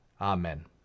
Amen